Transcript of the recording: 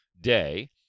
day